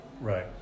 right